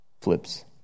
flips